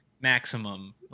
Maximum